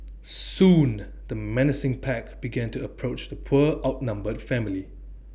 soon the menacing pack began to approach the poor outnumbered family